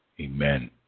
Amen